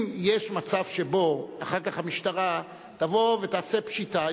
אם יש מצב שבו אחר כך המשטרה תבוא ותעשה פשיטה,